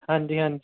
ਹਾਂਜੀ ਹਾਂਜੀ